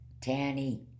Tanny